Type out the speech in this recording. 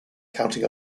counting